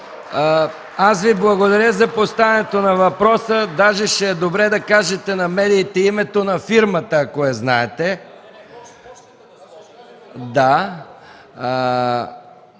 Аз Ви благодаря за поставянето на въпроса. Даже ще е добре да кажете на медиите името на фирмата, ако я знаете. Прав